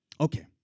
Okay